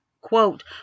quote